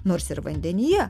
nors ir vandenyje